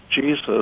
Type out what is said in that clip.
Jesus